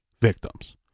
victims